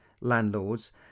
landlords